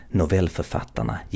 novellförfattarna